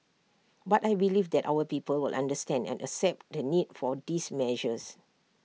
but I believe that our people will understand and accept the need for these measures